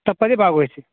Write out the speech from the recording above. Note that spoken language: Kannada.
ತಪ್ಪದೆ ಭಾಗವಹಿಸಿ